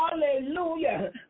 Hallelujah